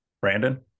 Brandon